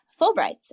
Fulbright's